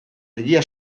egia